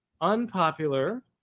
unpopular